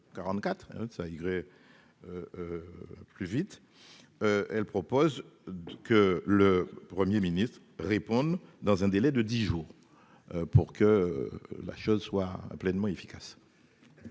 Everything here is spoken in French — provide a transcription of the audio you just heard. hein, ça irait plus vite, elle propose que le 1er ministre répondent dans un délai de 10 jours pour que la chose soit pleinement efficace.